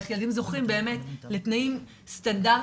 איך ילדים זוכים באמת לתנאים סטנדרטים,